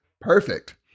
Perfect